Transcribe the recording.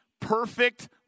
perfect